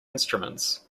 instruments